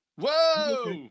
Whoa